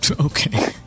Okay